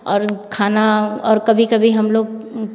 और खाना और कभी कभी हम लोग